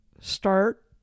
start